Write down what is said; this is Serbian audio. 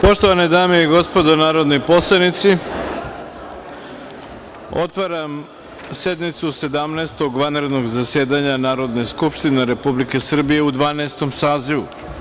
Poštovane dame i gospodo narodni poslanici, otvaram sednicu Sedamnaestog vanrednog zasedanja Narodne skupštine Republike Srbije u Dvanaestom sazivu.